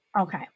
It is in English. okay